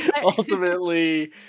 ultimately